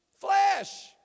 flesh